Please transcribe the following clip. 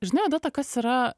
žinai odeta kas yra